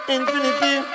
Infinity